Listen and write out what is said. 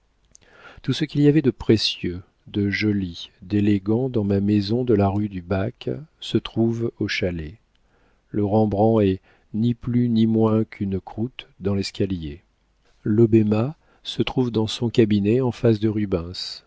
tout ce qu'il y avait de précieux de joli d'élégant dans ma maison de la rue du bac se trouve au chalet le rembrandt est ni plus ni moins qu'une croûte dans l'escalier l'hobbéma se trouve dans son cabinet en face de rubens